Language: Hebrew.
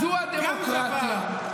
זו הדמוקרטיה.